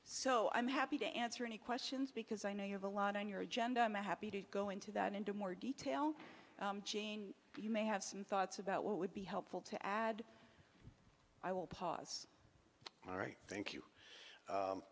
so i'm happy to answer any questions because i know you have a lot on your agenda i'm happy to go into that into more detail you may have some thoughts about what would be helpful to add i will pause alright thank you